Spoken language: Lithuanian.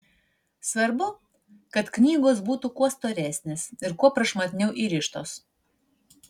svarbu kad knygos būtų kuo storesnės ir kuo prašmatniau įrištos